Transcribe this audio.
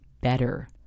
better